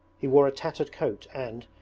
he wore a tattered coat and,